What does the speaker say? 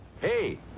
Hey